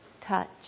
touch